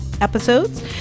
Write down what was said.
episodes